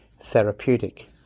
therapeutic